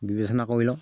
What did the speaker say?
বিবেচনা কৰি লওঁ